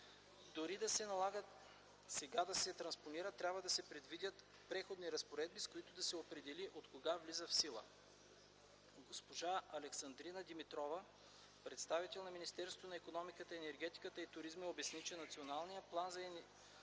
Дори да се налага сега да се транспонират, трябва да се предвидят преходни разпоредби, с които да се определи от кога влизат в сила. Госпожа Александрина Димитрова – представител на Министерството на икономиката, енергетиката и туризма обясни, че Националния план за енергията